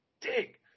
dig